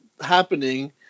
happening